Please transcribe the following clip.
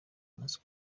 umunsi